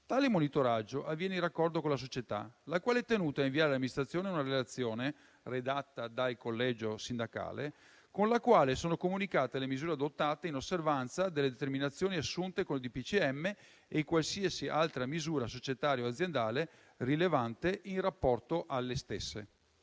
Tale monitoraggio avviene in accordo con la società, la quale è tenuta a inviare all'amministrazione una relazione redatta dal collegio sindacale, con la quale sono comunicate le misure adottate in osservanza delle determinazioni assunte con il DPCM e qualsiasi altra misura societaria o aziendale rilevante in rapporto alle stesse.